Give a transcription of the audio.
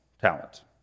talent